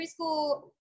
preschool